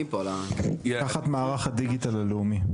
תחת מערך הדיגיטל הלאומי.